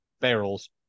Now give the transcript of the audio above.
barrels